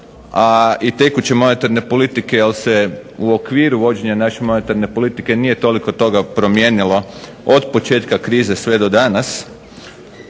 a i tekuće monetarne politike jer se u okviru vođenja naše monetarne politike nije toliko toga promijenilo od početka krize sve do danas.